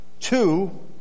Two